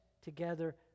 together